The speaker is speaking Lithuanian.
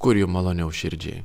kur jum maloniau širdžiai